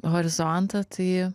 horizontą tai